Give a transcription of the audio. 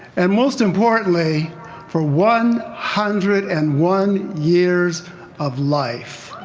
and most importantly for one hundred and one years of life.